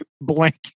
blank